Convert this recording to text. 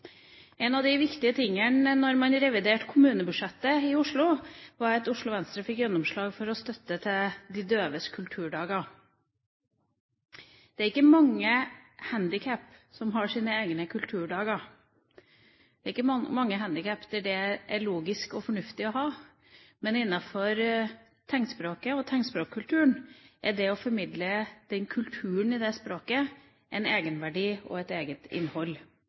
en kompetanse og å ta vare på dannelse innenfor det språket. Noe av det viktige da man reviderte kommunebudsjettet i Oslo, var at Oslo Venstre fikk gjennomslag for støtte til Døves Kulturdager. Det er ikke mange handikap som har sine egne kulturdager. Det er ikke mange handikap der dette er logisk og fornuftig å ha. Men når det gjelder tegnspråket, har det å formidle den kulturen i det språket, tegnspråkkulturen, en egenverdi og et eget innhold.